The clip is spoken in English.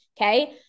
okay